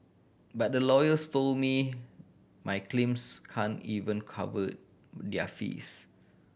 but the lawyers told me my claims can't even cover their fees